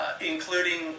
including